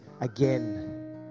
again